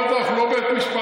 אומרת: אנחנו לא בית משפט,